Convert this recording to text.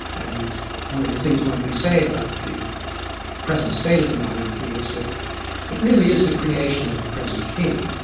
and one of the things one can say about the present state of the monarchy is that it really is the creation of the present king.